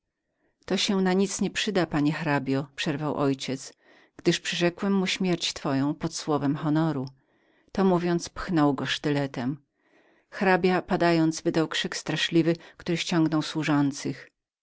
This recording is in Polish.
to się na nic nie przyda panie hrabio przerwał mój ojciec gdyż przyrzekłem mu śmierć pańską pod słowem honoru to mówiąc pchnął go sztyletem hrabia padając wydał krzyk straszliwy i zwołał swoich służących